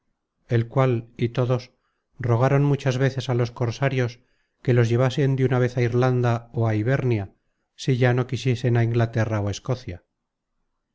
el cual y todos rogaron muchas veces á los cosarios que los llevasen de una vez á irlanda ó á ibernia si ya no quisiesen á inglaterra ó escocia